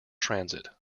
transit